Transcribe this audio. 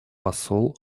посол